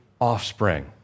offspring